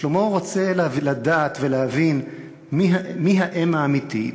שלמה רוצה לדעת ולהבין מי האם האמיתית,